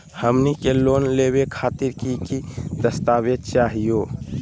हमनी के लोन लेवे खातीर की की दस्तावेज चाहीयो?